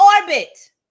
orbit